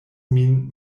min